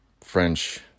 French